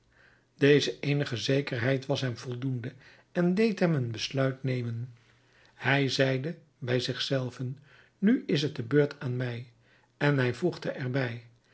deze eenige zekerheid was voldoende en deed hem een besluit nemen hij zeide bij zich zelven nu is de beurt aan mij en hij voegde er